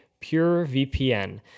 PureVPN